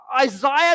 Isaiah